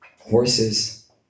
horses